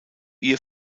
ihr